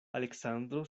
aleksandro